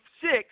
six